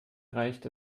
reicht